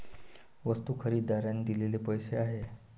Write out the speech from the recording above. वस्तू खरेदीदाराने दिलेले पैसे